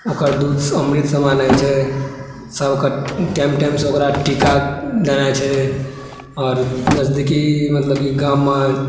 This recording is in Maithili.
ओकर दूध अमृत समान होइ छै सबके टाइम टाइम सऽ ओकरा टीका देनाइ छै आओर नजदीकी मतलब कि गाम मे